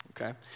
Okay